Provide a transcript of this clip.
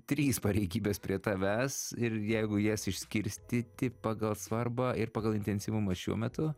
trys pareigybės prie tavęs ir jeigu jas išskirstyti pagal svarbą ir pagal intensyvumą šiuo metu